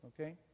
okay